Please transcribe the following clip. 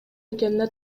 экенине